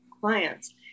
clients